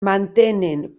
mantenen